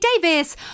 Davis